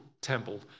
temple